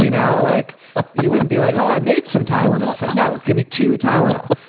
you know like you wouldn't be like, oh, i made some tylenol. no. give me two tylenol.